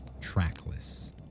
trackless